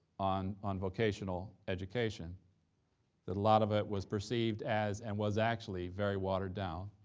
on on vocational education that a lot of it was perceived as and was actually very watered down,